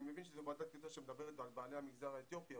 אני מבין שזו ועדת קליטה שמדברת על בעלי המגזר האתיופי,